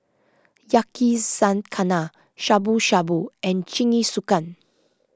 Yakizakana Shabu Shabu and Jingisukan